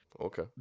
okay